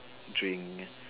drink